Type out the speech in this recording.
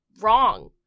wrong